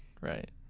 right